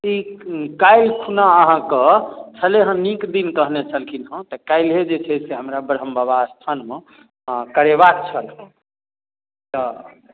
ई काल्हि खुना आहाँके छलै हँ नीक दिन कहने छलखिन हँ तऽ काल्हिये जे छै से हमरा बरहम बाबा स्थानमे करेबाक छल हँ तऽ